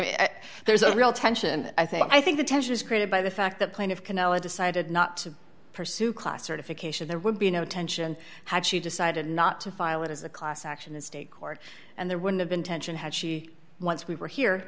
proceed there's a real tension i think i think the tension is created by the fact that plaintive canelo decided not to pursue class certification there would be no tension had she decided not to file it as a class action in state court and there would have been tension had she once we were here